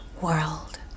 World